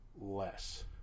less